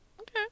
Okay